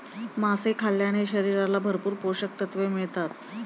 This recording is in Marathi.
मासे खाल्ल्याने शरीराला भरपूर पोषकतत्त्वे मिळतात